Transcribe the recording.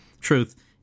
Truth